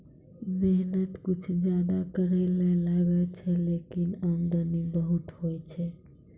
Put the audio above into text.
मेहनत कुछ ज्यादा करै ल लागै छै, लेकिन आमदनी बहुत होय छै